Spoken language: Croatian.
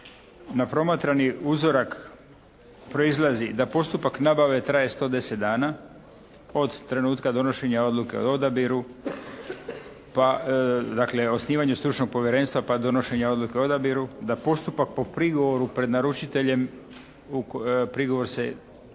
Na promatrani uzorak proizlazi da postupak nabave traje 110 dana od trenutka donošenja odluke o odabiru pa dakle osnivanju stručnog povjerenstva pa donošenju odluke o odabiru da postupak po prigovoru pred narušiteljem prigovor se treba